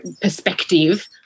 perspective